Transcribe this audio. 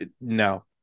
no